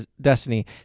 destiny